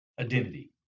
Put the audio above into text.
identity